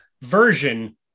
version